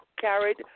carried